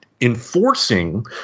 enforcing